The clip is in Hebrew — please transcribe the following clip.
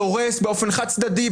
דורס באופן חד-צדדי,